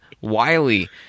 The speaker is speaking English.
Wiley